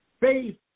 Faith